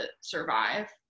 survive